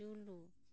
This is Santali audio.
ᱡᱩᱞᱩ